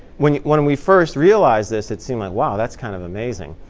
when when we first realized this, it seemed like, wow, that's kind of amazing.